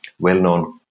well-known